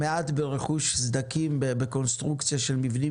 בעיקר פגיעה בקונסטרוקציה של מבנים